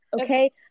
Okay